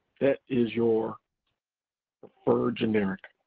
that is your preferred generic.